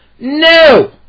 No